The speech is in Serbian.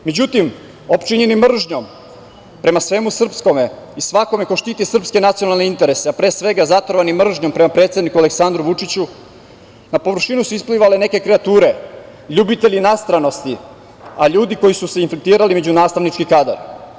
Međutim, opčinjeni mržnjom prema svemu srpskom i svakome ko štiti srpske nacionalne interese, a pre svega zatrovani mržnjom prema predsedniku Aleksandru Vučiću na površinu su isplivale neke kreature, ljubitelji nastranosti, a ljudi koji su se infiltrirali među nastavnički kadar.